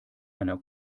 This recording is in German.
einer